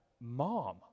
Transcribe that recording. mom